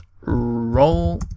roll